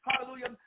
Hallelujah